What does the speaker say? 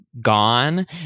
Gone